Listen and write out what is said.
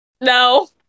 no